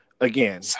Again